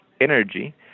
energy